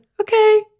Okay